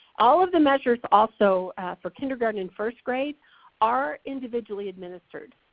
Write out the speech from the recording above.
all of the measures also for kindergarten and first grade are individually administered.